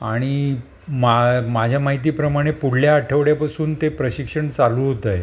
आणि मा माझ्या माहितीप्रमाणे पुढल्या आठवड्यापासून ते प्रशिक्षण चालू होत आहे